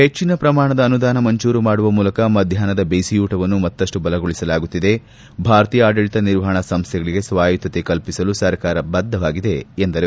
ಹೆಚ್ಚಿನ ಪ್ರಮಾಣದ ಅನುದಾನ ಮಂಜೂರು ಮಾಡುವ ಮೂಲಕ ಮಧ್ಯಾಹ್ನದ ಬಿಸಿಯೂಟವನ್ನು ಮತ್ತಷ್ಟು ಬಲಗೊಳಿಸಲಾಗುತ್ತಿದೆ ಭಾರತೀಯ ಆಡಳಿತ ನಿರ್ವಹಣಾ ಸಂಸ್ಥೆಗಳಿಗೆ ಸ್ವಾಯತ್ತತೆ ಕಲ್ಪಿಸಲು ಸರ್ಕಾರ ಬದ್ದವಾಗಿದೆ ಎಂದರು